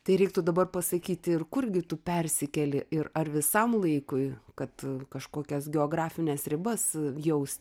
tai reiktų dabar pasakyti ir kurgi tu persikeli ir ar visam laikui kad kažkokias geografines ribas jaust